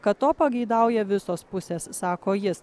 kad to pageidauja visos pusės sako jis